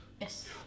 Yes